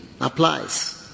applies